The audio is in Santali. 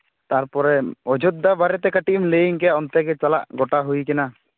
ᱛᱟᱨᱯᱚᱨᱮ ᱚᱡᱳᱫᱽᱫᱷᱟ ᱵᱟᱨᱮᱛᱮ ᱠᱟᱹᱴᱤᱡ ᱮᱢ ᱞᱟᱹᱭᱟᱹᱧ ᱠᱮᱭᱟ ᱚᱱᱛᱮ ᱜᱮ ᱪᱟᱞᱟᱜ ᱜᱚᱴᱟ ᱦᱩᱭᱟᱠᱟᱱᱟ